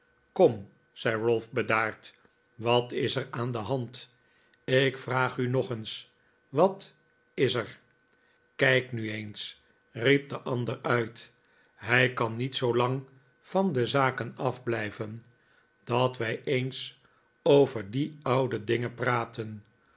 kom zei ralph bedaard wat is er aan de hand ik vraag u nog eens wat is er kijk nu eens riep de ander uit hij kan niet zoolang van de zaken afblijven dat wij eens over die oude dingen praten